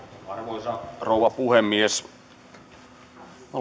arvoisa rouva puhemies me